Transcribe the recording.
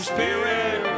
Spirit